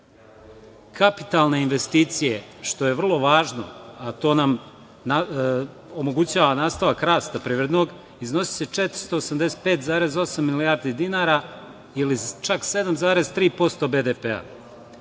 evra. Kapitalne investicije, što je vrlo važno, a to nam omogućava nastavak rasta privrednog iznosiće 485,8 milijardi dinara ili čak 7,3% BDP.